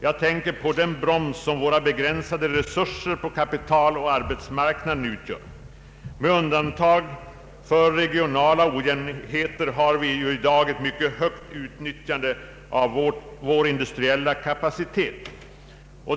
Jag tänker på den broms som våra begränsade resurser på kapitaloch arbetsmarknad utgör. Med undantag för regionala ojämnheter har vi ju i dag ett mycket högt utnyttjande av vår industriella kapacitet.